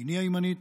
בעיני הימנית,